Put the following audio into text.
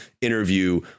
interview